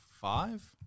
five